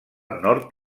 nord